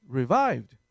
revived